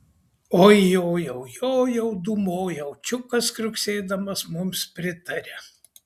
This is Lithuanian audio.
oi jojau jojau dūmojau čiukas kriuksėdamas mums pritaria